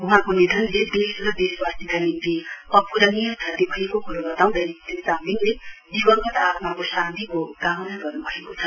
वहाँको निधन देश र देशवासीका निम्ति अपूरणीय क्षति भएको कुरो वताउँगै श्री चामलिङले दिवंगत आत्माको शान्तिको कामना गर्नुभएको छ